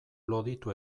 loditu